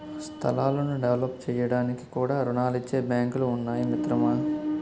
స్థలాలను డెవలప్ చేయడానికి కూడా రుణాలిచ్చే బాంకులు ఉన్నాయి మిత్రమా